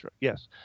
Yes